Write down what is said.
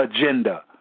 agenda